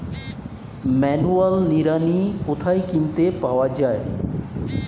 Manual নিড়ানি কোথায় কিনতে পাওয়া যায়?